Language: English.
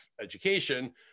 education